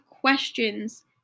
questions